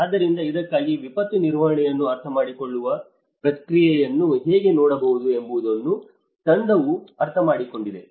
ಆದ್ದರಿಂದ ಇದಕ್ಕಾಗಿ ವಿಪತ್ತು ನಿರ್ವಹಣೆಯನ್ನು ಅರ್ಥಮಾಡಿಕೊಳ್ಳುವ ಪ್ರಕ್ರಿಯೆಯನ್ನು ಹೇಗೆ ನೋಡಬಹುದು ಎಂಬುದನ್ನು ತಂಡವು ಅರ್ಥಮಾಡಿಕೊಂಡಿದೆ